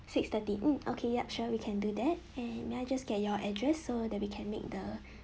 six thirty hmm okay yup sure we can do that and may I just get your address so that we can make the